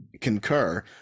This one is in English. concur